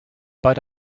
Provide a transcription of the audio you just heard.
but